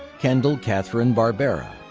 kendall catherine barbera,